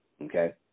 okay